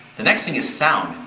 the next thing is sound.